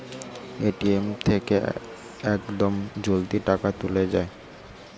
ATM থেকে ইয়াকদম জলদি সহজে টাকা তুলে যায়